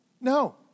No